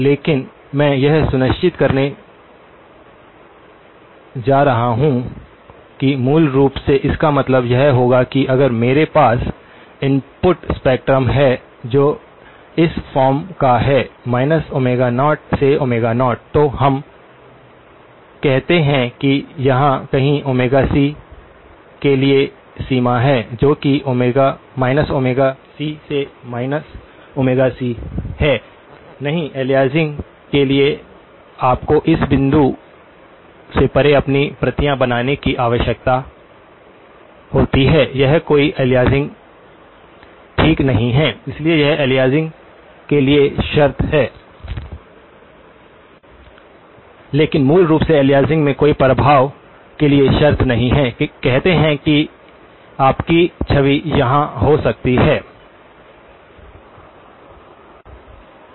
लेकिन मैं यह सुनिश्चित करने जा रहा हूं कि मूल रूप से इसका मतलब यह होगा कि अगर मेरे पास इनपुट स्पेक्ट्रम है जो इस फॉर्म का है 0से 0 तो हम कहते हैं कि यहां कहीं c की सीमा है जो कि c से c है अलियासिंग नहीं हो उसके लिए आपको इस बिंदु से परे अपनी प्रतियां बनाने की आवश्यकता होती है यह कोई अलियासिंग नहीं है ठीक इसलिए यह अलियासिंग के लिए शर्त है लेकिन मूल रूप से अलियासिंग के कोई प्रभाव के लिए शर्त नहीं है कहते हैं कि आपकी छवि यहां हो सकती है ठीक है